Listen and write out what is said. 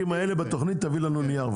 תביא לנו נייר,